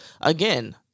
again